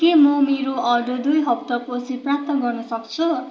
के म मेरो अर्डर दुई हप्तापछि प्राप्त गर्नसक्छु